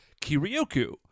Kiryoku